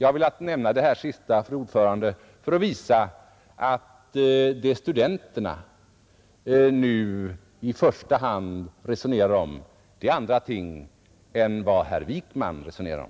Jag har velat nämna detta, fru talman, för att visa att vad studenterna i första hand resonerar om är andra ting än vad herr Wijkman resonerar om.